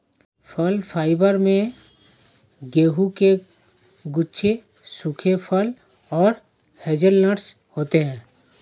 फल फाइबर में गेहूं के गुच्छे सूखे फल और हेज़लनट्स होते हैं